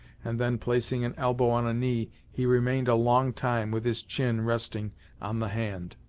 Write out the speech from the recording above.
and then placing an elbow on a knee, he remained a long time with his chin resting on the hand.